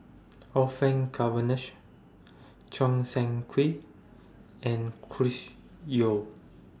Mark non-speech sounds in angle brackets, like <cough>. Orfeur <unintelligible> Choo Seng Quee and Chris Yeo